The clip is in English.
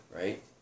right